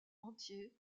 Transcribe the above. entier